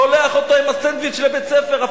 שולח אותו עם הסנדוויץ' לבית-ספר,